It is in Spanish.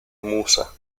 musa